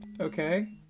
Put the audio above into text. Okay